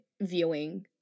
viewing